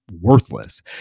worthless